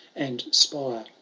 and spire.